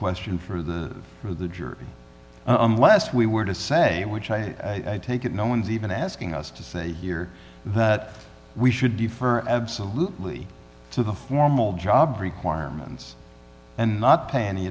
question for the for the jury unless we were to say which i take it no one's even asking us to say here that we should be for absolutely to the formal job requirements and not pay any